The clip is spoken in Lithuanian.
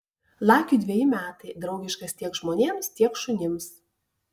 lakiui dveji metai draugiškas tiek žmonėms tiek šunims